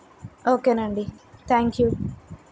okay అండి thank you